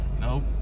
Nope